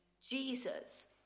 Jesus